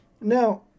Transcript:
Now